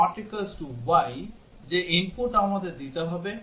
y যে input আমাদের দিতে হবে